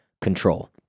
control